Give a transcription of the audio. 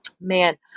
man